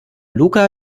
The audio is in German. luca